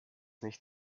nicht